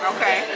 Okay